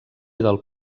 del